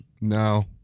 No